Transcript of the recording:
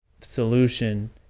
solution